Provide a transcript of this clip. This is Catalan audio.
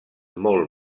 molt